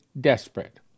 desperate